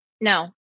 no